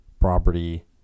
property